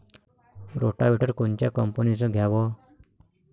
Rotavator कोनच्या कंपनीचं घ्यावं?